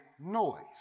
noise